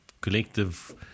collective